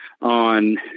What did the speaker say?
on